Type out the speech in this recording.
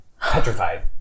Petrified